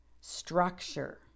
structure